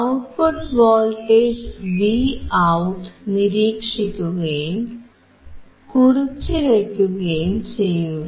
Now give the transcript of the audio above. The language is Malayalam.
ഔട്ട്പുട്ട് വോൾട്ടേജ് Vout നിരീക്ഷിക്കുകയും കുറിച്ചുവയ്ക്കുകയും ചെയ്യുക